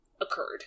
occurred